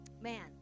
man